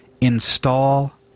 install